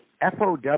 FOW